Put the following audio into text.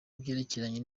byerekeranye